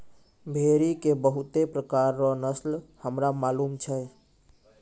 भेड़ी के बहुते प्रकार रो नस्ल हमरा मालूम छै